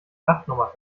lachnummer